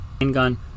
handgun